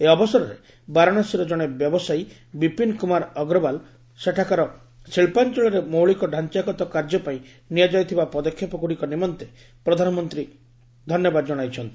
ଏହି ଅବସରରେ ବାରାଣାସୀର ଜଣେ ବ୍ୟବସାୟୀ ବିପିନ କୁମାର ଅଗ୍ରୱାଲ୍ ସେଠାକାର ଶିଳ୍ପାଞ୍ଚଳରେ ମୌଳିକ ଢାଞ୍ଚାଗତ କାର୍ଯ୍ୟପାଇଁ ନିଆଯାଇଥିବା ପଦକ୍ଷେପଗୁଡ଼ିକ ନିମନ୍ତେ ପ୍ରଧାନମନ୍ତ୍ରୀ ଧନ୍ୟବାଦ ଜଣାଇଛନ୍ତି